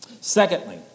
Secondly